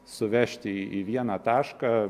suvežti į vieną tašką